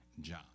John